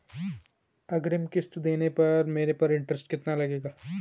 अग्रिम किश्त देने पर मेरे पर इंट्रेस्ट कितना लगेगा?